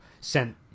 sent